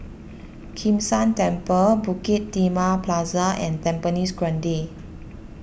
Kim San Temple Bukit Timah Plaza and Tampines Grande